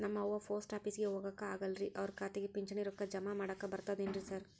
ನಮ್ ಅವ್ವ ಪೋಸ್ಟ್ ಆಫೇಸಿಗೆ ಹೋಗಾಕ ಆಗಲ್ರಿ ಅವ್ರ್ ಖಾತೆಗೆ ಪಿಂಚಣಿ ರೊಕ್ಕ ಜಮಾ ಮಾಡಾಕ ಬರ್ತಾದೇನ್ರಿ ಸಾರ್?